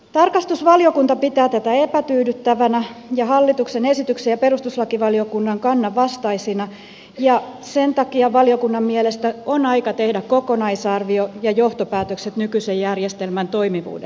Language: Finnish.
tarkastusvaliokunta pitää tätä epätyydyttävänä ja hallituksen esityksen ja perustuslakivaliokunnan kannan vastaisena ja sen takia valiokunnan mielestä on aika tehdä kokonaisarvio ja johtopäätökset nykyisen järjestelmän toimivuudesta